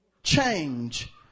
change